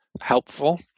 helpful